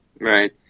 Right